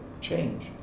change